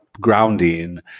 grounding